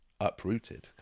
uprooted